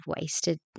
wasted